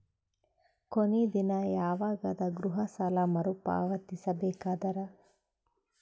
ಕೊನಿ ದಿನ ಯವಾಗ ಅದ ಗೃಹ ಸಾಲ ಮರು ಪಾವತಿಸಬೇಕಾದರ?